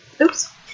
Oops